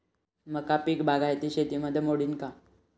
मका पीक बागायती शेतीमंदी मोडीन का?